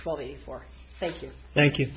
twenty four thank you thank you